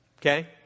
Okay